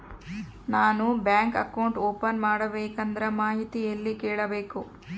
ನಾನು bank account open ಮಾಡಬೇಕಂದ್ರ ಮಾಹಿತಿ ಎಲ್ಲಿ ಕೇಳಬೇಕು?